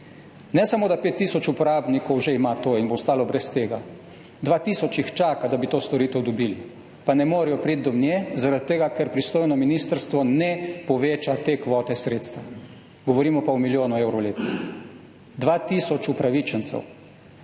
Ne samo, da 5 tisoč uporabnikov že ima to in bodo ostali brez tega, 2 tisoč jih čaka, da bi to storitev dobili, pa ne morejo priti do nje zaradi tega, ker pristojno ministrstvo ne poveča te kvote sredstev. Govorimo pa o milijonu evrov letno. 2 tisoč upravičencev,